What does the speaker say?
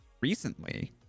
recently